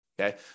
okay